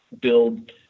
build